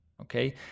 Okay